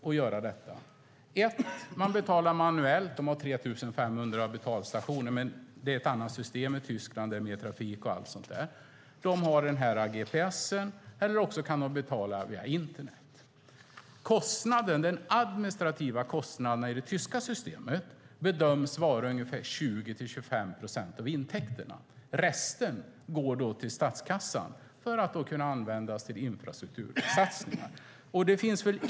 Ett är att man betalar manuellt - de har 3 500 betalstationer, men i Tyskland är det mer trafik än här - ett annat är via gps och det tredje är via internet. Den administrativa kostnaden i det tyska systemet bedöms vara 20-25 procent av intäkterna. Resten går till statskassan för att användas till infrastruktursatsningar.